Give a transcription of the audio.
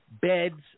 beds